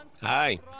Hi